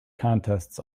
contests